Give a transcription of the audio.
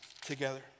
together